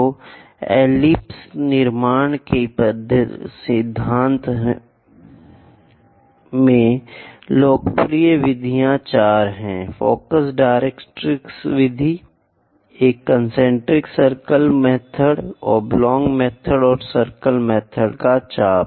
तो एलिप्स के निर्माण के सिद्धांत में लोकप्रिय विधियाँ चार हैं फ़ोकस डायरेक्ट्रिक्स विधि एक concentric circle method oblong method और सर्किल मेथड का चाप